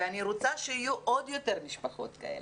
ואני רוצה שיהיו עוד יותר משפחות כאלה,